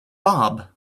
bob